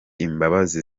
imbabazi